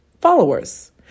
followers